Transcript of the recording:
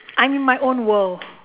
I am in my own world